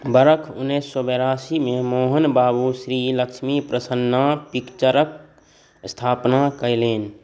वर्ष उनैस सओ बेरासीमे मोहन बाबू श्रीलक्ष्मी प्रसन्ना पिक्चर्सके स्थापना कएलनि